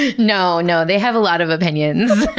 and no, no. they have a lot of opinions.